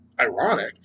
ironic